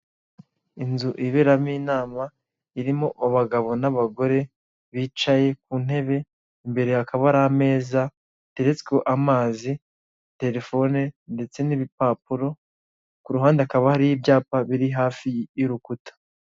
Inzu iberamo inama irimo abagabo n'abagore bicaye ku ntebe imbere hakaba hari ameza ateretsweho amazi, terefone ndetse n'ibipapuro, kuruhande hakaba hari ibyapa biri hafi y'urukuta.